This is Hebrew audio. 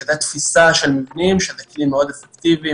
שזה תפיסה של מבנים שזה כלי מאוד אפקטיבי,